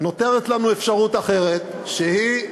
נותרת לנו אפשרות אחרת שהיא,